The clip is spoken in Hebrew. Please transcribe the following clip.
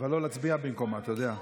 אבל לא להצביע במקומה, אתה יודע.